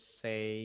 say